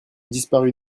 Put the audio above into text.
disparut